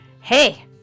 hey